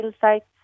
sites